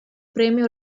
premio